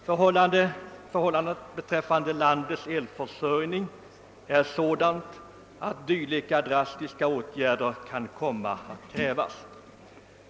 Förhållandet beträffande landets elförsörjning är sådant att dylika drastiska åtgärder kan komma att krävas.